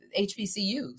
HBCUs